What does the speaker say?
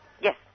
Yes